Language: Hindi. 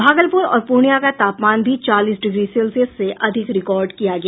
भागलपुर और पूर्णिया का तापमान भी चालीस डिग्री सेल्सियस से अधिक रिकॉर्ड किया गया